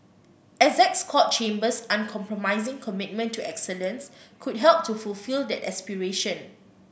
Essex Court Chambers uncompromising commitment to excellence could help to fulfil that aspiration